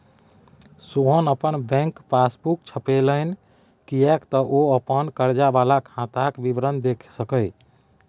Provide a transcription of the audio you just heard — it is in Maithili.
सोहन अपन बैक पासबूक छपेलनि किएक तँ ओ अपन कर्जा वला खाताक विवरण देखि सकय